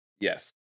Yes